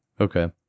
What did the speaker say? Okay